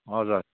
हजुर